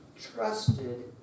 trusted